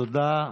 תודה,